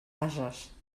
ases